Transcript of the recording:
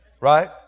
Right